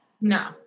No